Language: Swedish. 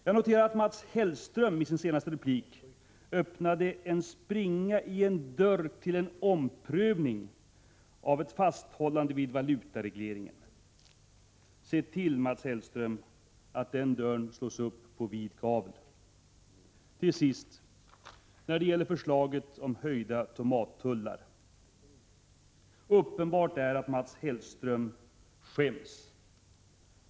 Jag noterar att Mats Hellström i sin senaste replik öppnade en springa i en dörr för en omprövning av sitt fasthållande vid valutaregleringen. Se till, Mats Hellström, att den dörren slås upp på vid gavel! Till sist om förslaget till höjda tomattullar. Uppenbart är att Mats Hellström skäms.